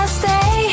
stay